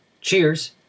Cheers